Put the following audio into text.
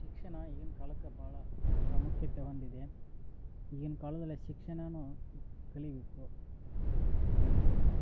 ಶಿಕ್ಷಣ ಈಗಿನ ಕಾಲಕ್ಕ ಭಾಳ ಪ್ರಾಮುಖ್ಯತೆ ಹೊಂದಿದೆ ಈಗಿನ ಕಾಲದಲ್ಲೆ ಶಿಕ್ಷಣನೂ ಕಲಿಯಬೇಕು ಕಲಿಯಬೇಕು